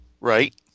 Right